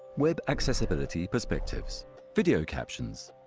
web accessibility perspectives video captions.